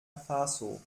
faso